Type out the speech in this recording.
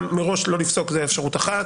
גם מראש לא לפסוק, זו אפשרות אחת.